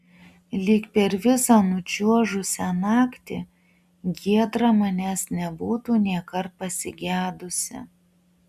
lyg per visą nučiuožusią naktį giedra manęs nebūtų nėkart pasigedusi